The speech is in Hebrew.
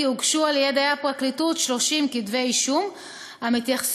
הוגשו על-ידי הפרקליטות 30 כתבי אישום המתייחסים